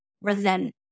resent